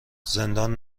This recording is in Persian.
زندان